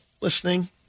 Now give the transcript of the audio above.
listening